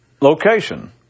location